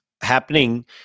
happening